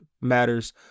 Matters